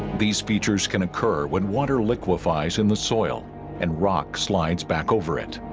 these features can occur when water liquefies in the soil and rock slides back over it